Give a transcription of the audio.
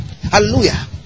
Hallelujah